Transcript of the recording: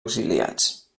exiliats